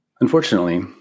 Unfortunately